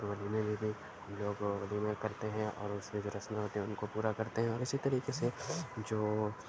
تو ولیمے میں بھی لوگ ولیمے کرتے ہیں اور اُس میں جو رسومات ہیں اُن کو پورا کرتے ہیں اِسی طریقے سے جو